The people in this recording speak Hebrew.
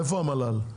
איפה המל"ל,